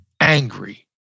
angry